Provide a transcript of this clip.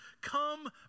Come